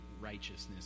righteousness